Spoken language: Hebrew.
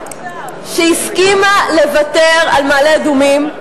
שהסכימה לוותר על מעלה-אדומים,